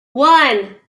one